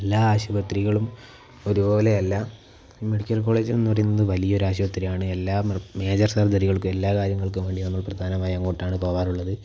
എല്ലാ ആശുപത്രികളും ഒരുപോലെ അല്ല ഈ മെഡിക്കൽ കോളേജ് എന്നു പറയുന്നത് വലിയൊരു ആശുപത്രിയാണ് എല്ലാ മേജർ സർജറിക്കൾക്കും എല്ലാ കാര്യങ്ങൾക്കും നമ്മൾ പ്രധാനമായി അങ്ങോട്ടാണ് പോകാറുള്ളത്